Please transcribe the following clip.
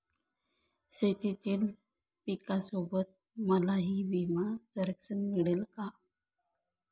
शेतीतील पिकासोबत मलाही विमा संरक्षण मिळेल का?